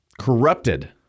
corrupted